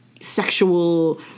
Sexual